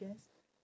~uess